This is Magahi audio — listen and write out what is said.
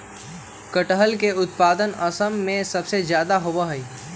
कटहल के उत्पादन असम में सबसे ज्यादा होबा हई